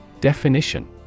Definition